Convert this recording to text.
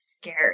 scared